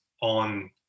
on